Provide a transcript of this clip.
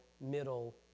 middle